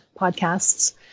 podcasts